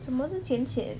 什么是浅浅